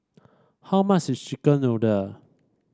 how much is chicken noodle